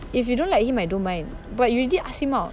if you don't like him I don't mind but you already ask him out